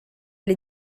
les